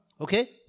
Okay